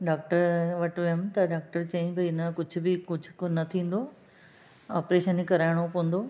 doctor वटि वियमि त डॉक्टर चयईं भई हिनजो कुझु बि कुझु न थींदो ऑपरेशन ई कराइणो पवंदो